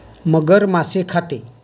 मगर मासे खाते